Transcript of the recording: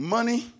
Money